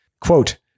Quote